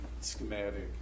schematic